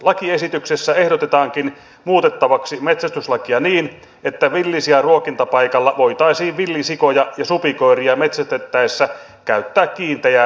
lakiesityksessä ehdotetaankin muutettavaksi metsästyslakia niin että villisian ruokintapaikalla voitaisiin villisikoja ja supikoiria metsästettäessä käyttää kiinteää keinovaloa